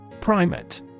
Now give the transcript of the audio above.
Primate